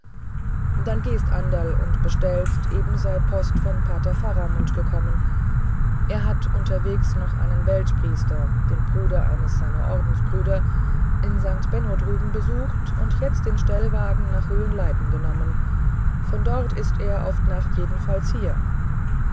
dann gehst anderl und bestellst eben sei post von pater faramund gekommen er hat unterwegs noch einen weltpriester den bruder eines seiner ordensbrüder in st benno drüben besucht und jetzt den stellwagen nach höhenleiten genommen von dort ist er auf d nacht jedenfalls hier